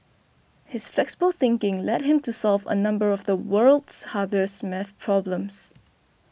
his flexible thinking led him to solve a number of the world's hardest math problems